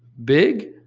big,